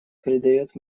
придает